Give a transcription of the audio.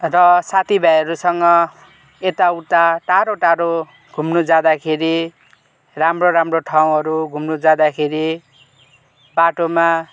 र साथी भाइहरूसँग यता उता टाढो टाढो घुम्नु जादाँखेरि राम्रो राम्रो ठाउँहरू घुम्नु जादाँखेरि बाटोमा